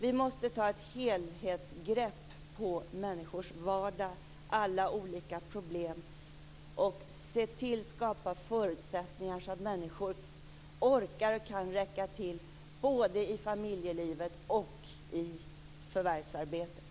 Vi måste ta ett helhetsgrepp om människors vardag och deras olika problem. Vi måste se till att skapa förutsättningar så att människor orkar och kan räcka till både i familjelivet och i förvärvsarbetet.